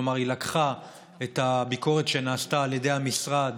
כלומר היא לקחה את הביקורת שנעשתה על ידי המשרד